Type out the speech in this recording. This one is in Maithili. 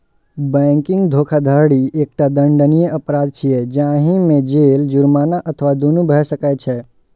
बैंकिंग धोखाधड़ी एकटा दंडनीय अपराध छियै, जाहि मे जेल, जुर्माना अथवा दुनू भए सकै छै